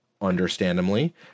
understandably